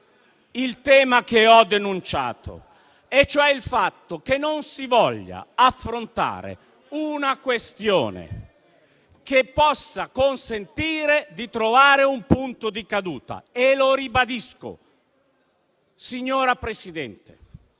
il tema che ho denunciato, cioè il fatto che non si voglia affrontare una questione che consenta di trovare un punto di caduta. Lo ribadisco, signora Presidente: